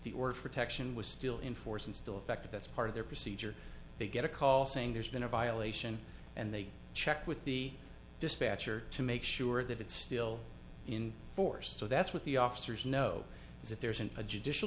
order protection was still in force and still effective that's part of their procedure they get a call saying there's been a violation and they checked with the dispatcher to make sure that it's still in force so that's what the officers know is that there isn't a judicial